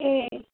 ए